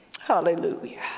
hallelujah